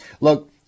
Look